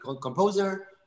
composer